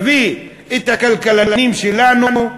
נביא את הכלכלנים שלנו,